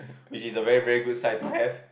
which is a very very good site to have